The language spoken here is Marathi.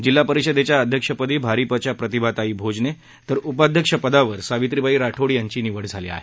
जिल्हा परिषदेच्या अध्यक्षपदी भारिपच्या प्रतिभाताई भोजने तर उपाध्यक्षपदी सावित्रीबाई राठोड यांची निवड झाली आहे